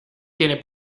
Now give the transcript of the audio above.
tiene